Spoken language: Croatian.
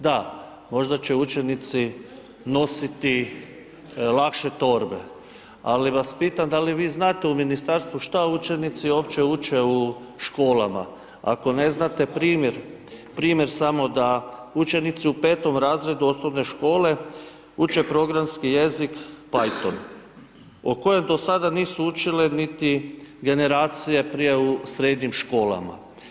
Da, možda će učenici nositi lakše torbe, ali vas pitam da li vi znate u Ministarstvu šta učenici uopće uče u školama, ako ne znate, primjer, primjer samo da učenici u 5. razredu Osnovne škole uče programski jezik payton, o kojem do sada nisu učile niti generacije prije u srednjim školama.